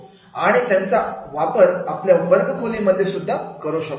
आणि त्याचा वापर आपल्या वर्ग खोलीमध्ये करू शकतो